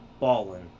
ballin